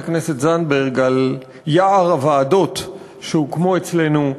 הכנסת זנדברג על יער הוועדות שהוקמו אצלנו,